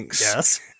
Yes